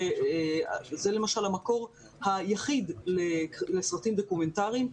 שזה למשל המקור היחיד לסרטים דוקומנטריים.